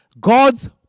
god's